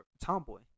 tomboy